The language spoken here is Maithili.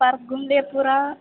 पार्क घुमलियै पूरा